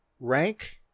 rank